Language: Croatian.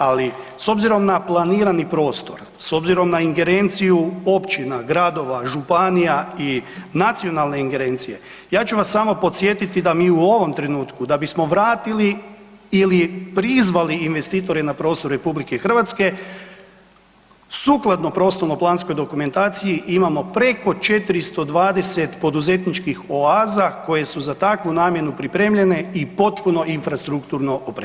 Ali s obzirom na planirani prostor, s obzirom na ingerenciju općina, gradova, županija i nacionalne ingerencije, ja ću vas samo podsjetiti da mi u ovom trenutku da bismo vratili ili prizvali investitore na prostor RH, sukladno prostorno-planskoj dokumentaciji, imamo preko 420 poduzetničkih oaza koje su takvu namjenu pripremljene i potpuno infrastrukturno opremljene.